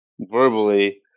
verbally